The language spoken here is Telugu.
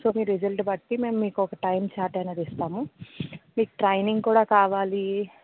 సో మీ రిసల్ట్ బట్టి నేను మీకు ఒక టైం చార్ట్ అనేది ఇస్తాము మీకు ట్రైనింగ్ కూడా కావాలి